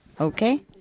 Okay